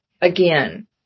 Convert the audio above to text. again